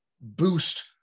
boost